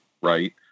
right